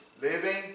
living